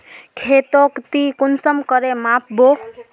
खेतोक ती कुंसम करे माप बो?